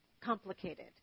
complicated